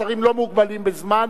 השרים לא מוגבלים בזמן,